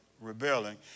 rebelling